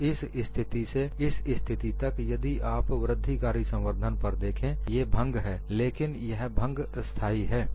तो इस स्थिति से इस स्थिति तक यदि आप वृद्धिकारी संवर्धन पर देखें ये भंग है लेकिन यह भंग स्थाई है